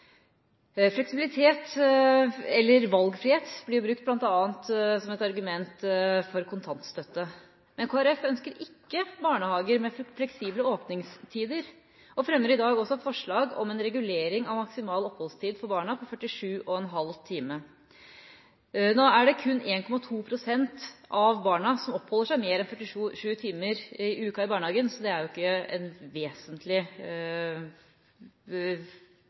Fleksibilitet, eller valgfrihet, blir bl.a. brukt som et argument for kontantstøtte. Men Kristelig Folkeparti ønsker ikke barnehager med fleksible åpningstider og fremmer i dag også forslag om en regulering av maksimal oppholdstid for barna på 47,5 timer per uke. Nå er det kun 1,2 pst. av barna som oppholder seg mer enn 47 timer i uken i barnehagen, så forslaget som er fremmet her, vil ikke